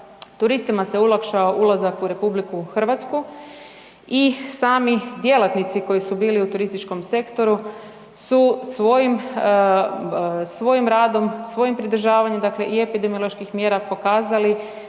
turistima se olakšao ulazak u RH i sami djelatnici koji su bili u turističkom sektoru su svojim radom, svojim pridržavanjem i epidemioloških mjera pokazali